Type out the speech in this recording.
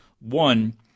One